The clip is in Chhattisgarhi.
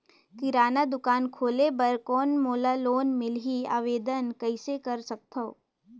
किराना दुकान खोले बर कौन मोला लोन मिलही? आवेदन कइसे कर सकथव?